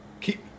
keep